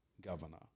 governor